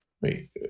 Wait